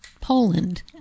Poland